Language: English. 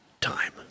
time